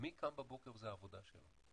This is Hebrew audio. מי קם בבוקר וזה העבודה שלו?